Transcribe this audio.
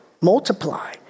Multiply